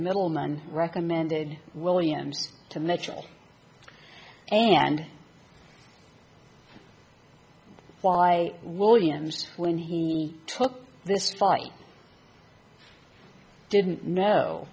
middle man recommended williams to mitchell and why williams when he took this fight didn't know